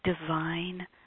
divine